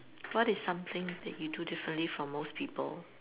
what is something that you do differently from most people